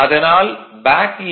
அதனால் பேக் ஈ